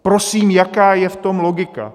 Prosím, jaká je v tom logika?